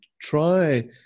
try